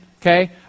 okay